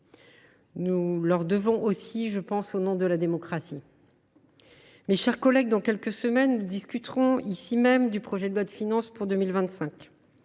Nous le leur devons aussi, je crois, au nom de la démocratie. Mes chers collègues, dans quelques semaines, nous discuterons ici même du projet de loi de finances pour 2025.